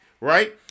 right